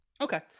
Okay